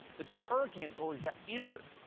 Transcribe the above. the two hurricanes goalies got injured.